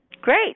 Great